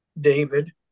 David